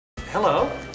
Hello